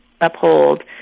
uphold